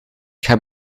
heb